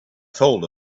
told